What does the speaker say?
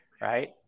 Right